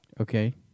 Okay